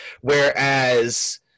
Whereas